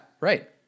Right